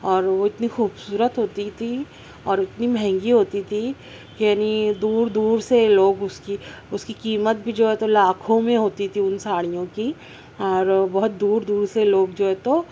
اور وہ اتنی خوبصورتی ہوتی تھیں اور اتنی مہنگی ہوتی تھیں یعنی دور دور سے لوگ اس کی اس کی قیمت بھی جو ہے لاکھوں میں ہوتی تھی ان ساڑیوں کی اور بہت دور دور سے لوگ جو ہے تو